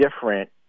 different